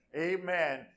amen